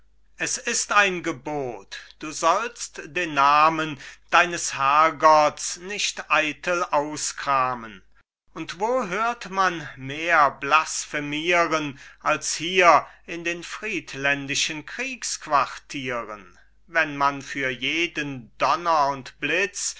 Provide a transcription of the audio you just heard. es ist ein gebot du sollst den namen deines herrgotts nicht eitel auskramen und wo hört man mehr blasphemieren als hier in den friedländischen kriegsquartieren wenn man für jeden donner und